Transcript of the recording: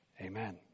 Amen